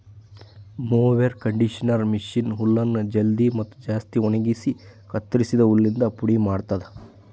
mower conditioner machine ಹುಲ್ಲನ್ನು ಜಲ್ದಿ ಮತ್ತ ಜಾಸ್ತಿ ಒಣಗುಸಿ ಕತ್ತುರಸಿದ ಹುಲ್ಲಿಂದ ಪುಡಿ ಮಾಡ್ತುದ